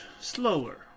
slower